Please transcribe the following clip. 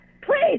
Please